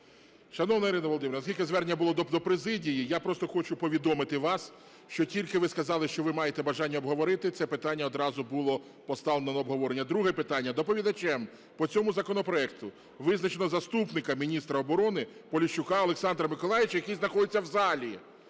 Шановний Ірино Володимирівно, оскільки звернення було до президії, я просто хочу повідомити вас, що тільки ви сказали, що ви маєте бажання обговорити, це питання одразу було поставлено на обговорення. Друге питання. Доповідачем по цьому законопроекту визначено заступника міністра оборони Поліщука Олександра Миколайовича, який знаходиться в залі.